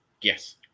Yes